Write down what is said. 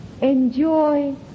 Enjoy